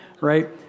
right